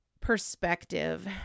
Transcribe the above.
perspective